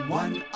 one